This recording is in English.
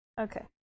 okay